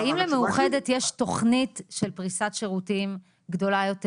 האם למאוחד יש תוכנית של פריסת שירותים גדולה יותר